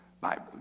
Bible